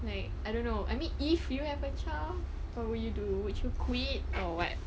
like I don't know I mean if you have a child what would you do would you quit or what